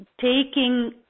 taking